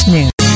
News